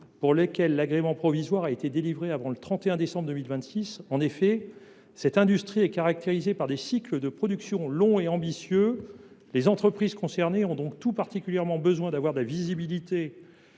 pour lesquels l’agrément provisoire aura été délivré avant le 31 décembre 2026. En effet, cette industrie est caractérisée par des cycles de production longs et ambitieux. Les entreprises concernées ont donc tout particulièrement besoin de visibilité